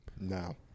No